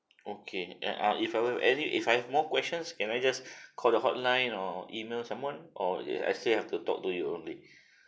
okay ya ah if I were any if I've more questions can I just call the hotline or email someone or I say have to talk to you only